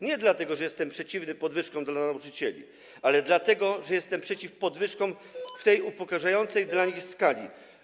Nie dlatego, że jestem przeciwny podwyżkom dla nauczycieli, ale dlatego że jestem przeciw podwyżkom w tej upokarzającej dla nich wysokości.